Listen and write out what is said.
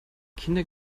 kinder